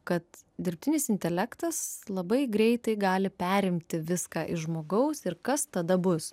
kad dirbtinis intelektas labai greitai gali perimti viską iš žmogaus ir kas tada bus